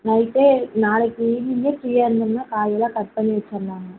நைட்டே நாளைக்கு ஈவினிங்கே ஃப்ரியாக இருந்தோம்னால் காயெல்லாம் கட் பண்ணி வெச்சுர்லாங்க